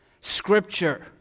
Scripture